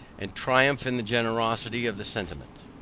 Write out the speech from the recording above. and triumph in the generosity of the sentiment.